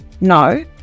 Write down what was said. no